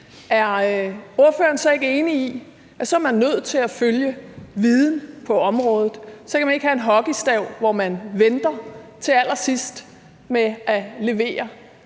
er ordføreren så ikke enig i, at er man nødt til at følge viden på området; at så kan man ikke have en hockeystav, hvor man venter til allersidst med at levere